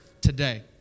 today